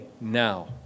now